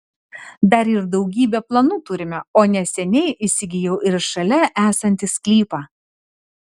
dar ir daugybę planų turime o neseniai įsigijau ir šalia esantį sklypą